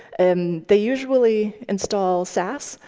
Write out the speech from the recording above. and they usually install sas.